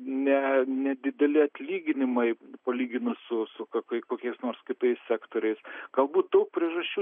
ne nedideli atlyginimai palyginus su su kai kokiais nors kitais sektoriais galbūt daug priežasčių